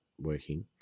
working